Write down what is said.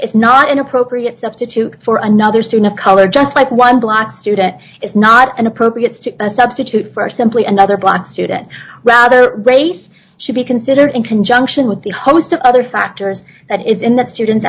is not inappropriate substitute for another student color just like one black student is not an appropriate stick a substitute for simply another black student rather race she be considered in conjunction with the host of other factors that is in that student